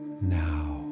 now